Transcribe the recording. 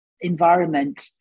environment